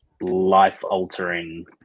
life-altering